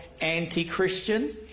anti-Christian